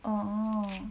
oh